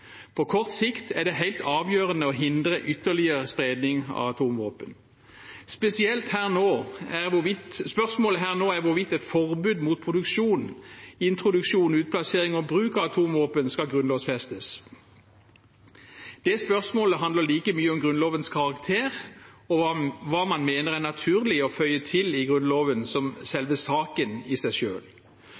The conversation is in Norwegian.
På kort sikt er det helt avgjørende å hindre ytterligere spredning av atomvåpen. Spørsmålet her nå er hvorvidt et forbud mot produksjon, introduksjon, utplassering og bruk av atomvåpen skal grunnlovsfestes. Det spørsmålet handler like mye om Grunnlovens karakter, og hva man mener er naturlig å føye til i Grunnloven, som saken i seg